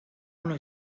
una